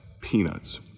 peanuts